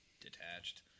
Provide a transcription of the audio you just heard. detached